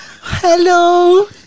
hello